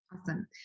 Awesome